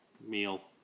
meal